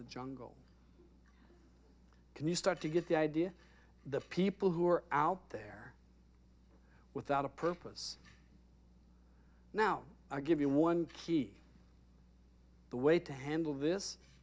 the jungle can you start to get the idea the people who are out there without a purpose now i give you one key the way to handle this